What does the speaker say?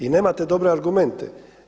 I nemate dobre argumente.